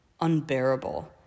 unbearable